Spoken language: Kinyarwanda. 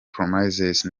promises